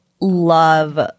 love